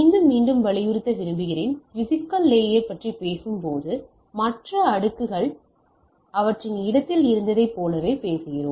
மீண்டும் மீண்டும் வலியுறுத்த விரும்புகிறேன் பிஸிக்கல் லேயர் பற்றி பேசும் போது மற்ற அடுக்குகளை அவற்றின் இடத்தில் இருப்பதைப் போலவே கருதுகிறோம்